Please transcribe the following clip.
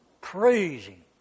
praising